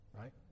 Right